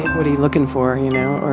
what are you looking for, you know, or.